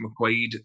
McQuaid